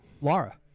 Laura